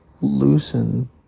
loosen